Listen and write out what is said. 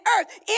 earth